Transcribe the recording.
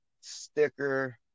sticker